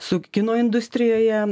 su kino industrijoje